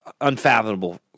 unfathomable